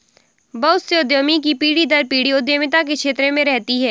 बहुत से उद्यमी की पीढ़ी दर पीढ़ी उद्यमिता के क्षेत्र में रहती है